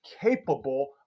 capable